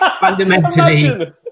fundamentally